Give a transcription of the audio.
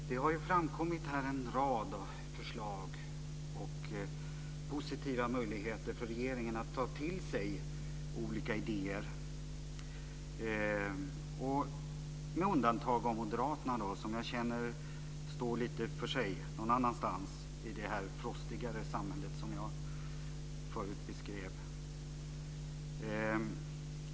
Fru talman! Det har framkommit en rad förslag och positiva möjligheter för regeringen att ta till sig olika idéer. Moderaterna är ett undantag, som jag känner står lite för sig själva någon annanstans, i det frostigare samhälle som jag beskrev förut.